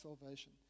salvation